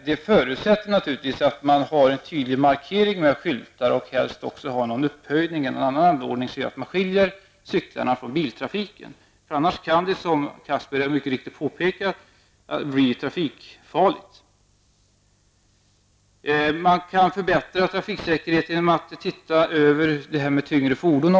Det förutsätter naturligtvis att man har en tydlig markering med skyltar och helst också att man har en upphöjning eller någon annan anordning som skiljer cyklarna från biltrafiken. Annars kan det, som Anders Castberger mycket riktigt påpekade, bli trafikfarligt. Man kan också förbättra trafiksäkerheten genom att se över bestämmelserna om tyngre fordon.